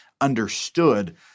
understood